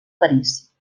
parís